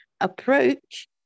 approach